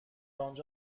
آنجا